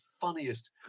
funniest